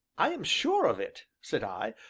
i am sure of it! said i.